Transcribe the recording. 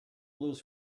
lose